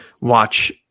watch